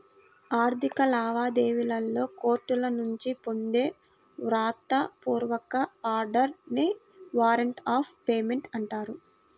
ఆర్థిక లావాదేవీలలో కోర్టుల నుంచి పొందే వ్రాత పూర్వక ఆర్డర్ నే వారెంట్ ఆఫ్ పేమెంట్ అంటారు